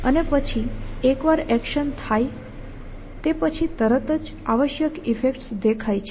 અને પછી એકવાર એક્શન થાય તે પછી તરત જ આવશ્યક ઈફેક્ટ્સ દેખાય છે